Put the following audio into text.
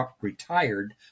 retired